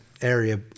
area